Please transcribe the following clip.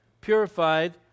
purified